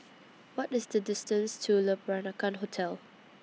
What IS The distance to Le Peranakan Hotel